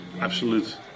absolute